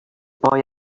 boy